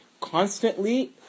constantly